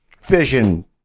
vision